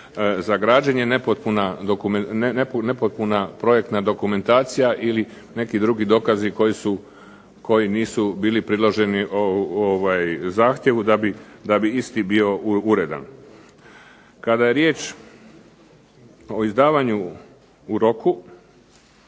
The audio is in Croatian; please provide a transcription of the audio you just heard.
za građenje, nepotpuna projektna dokumentacija ili neki drugi dokazi koji nisu bili priloženi zahtjevu da bi isti bio uredan. Kada je riječ o izdavanju u roku